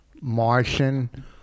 Martian